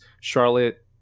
Charlotte